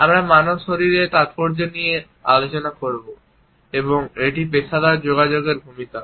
আমরা মানব স্পর্শের তাৎপর্য নিয়ে আলোচনা করব এবং এটি পেশাদার যোগাযোগের ভূমিকা